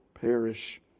perish